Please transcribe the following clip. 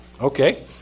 okay